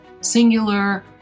singular